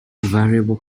variable